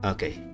Okay